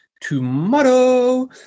tomorrow